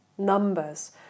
numbers